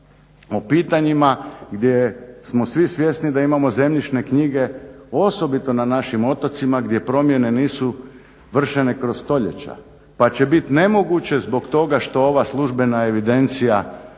o pitanjima gdje smo svi svjesni da imamo zemljišne knjige osobito na našim otocima gdje promjene nisu vršene kroz stoljeća pa će bit nemoguće zbog toga što ova službena evidencija